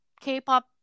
K-pop